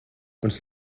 uns